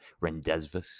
rendezvous